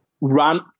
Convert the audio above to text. run